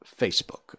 facebook